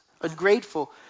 ungrateful